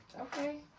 Okay